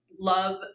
love